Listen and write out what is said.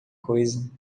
coisa